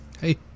Hey